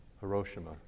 Hiroshima